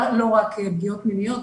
לא רק פגיעות מיניות,